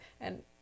And-